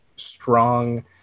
strong